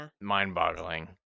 mind-boggling